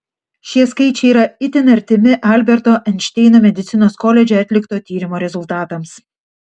šie skaičiai yra itin artimi alberto einšteino medicinos koledže atlikto tyrimo rezultatams